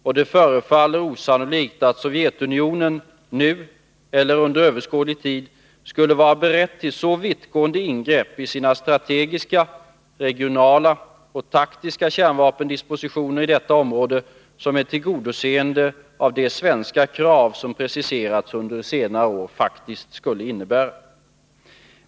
Och det förefaller osannolikt att Sovjetunionen nu eller under överskådlig tid skulle vara beredd till så vittgående ingrepp i sina strategiska, regionala och taktiska kärnvapendispositioner i detta område som ett tillgodoseende av de svenska krav som preciserats under senare år faktiskt skulle innebära.